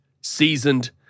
seasoned